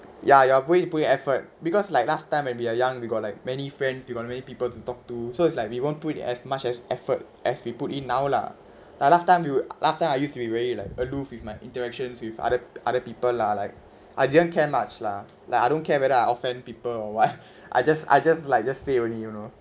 ya ya you are going to put in effort because like last time when we are young we got like many friend you got many people to talk to so it's like we won't put in as much as effort as you put it now lah like last time do you last time I used to be really like aloof with my interactions with other other people lah like I didn't care much lah like I don't care whether I offend people or what I just I just like just say only you know